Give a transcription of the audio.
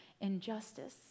injustice